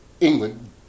England